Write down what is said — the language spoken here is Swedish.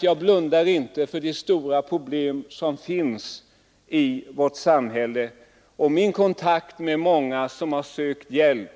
Jag blundar inte för de stora problem som finns i vårt samhälle, och jag har haft kontakt med många som sökt hjälp.